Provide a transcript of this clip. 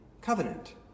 covenant